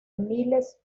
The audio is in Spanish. miles